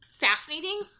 fascinating